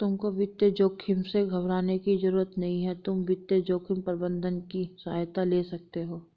तुमको वित्तीय जोखिम से घबराने की जरूरत नहीं है, तुम वित्तीय जोखिम प्रबंधन की सहायता ले सकते हो